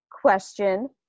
question